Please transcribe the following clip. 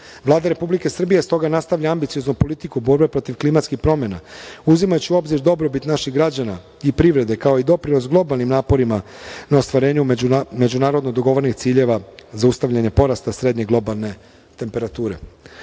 Republike Srbije stoga nastavlja ambicioznu politiku borbe protiv klimatskih promena, uzimajući u obzir dobrobit naših građana i privrede, kao i doprinos globalnim naporima na ostvarenju međunarodno dogovorenih ciljeva zaustavljanja porasta srednje globalne temperature. Kroz